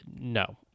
no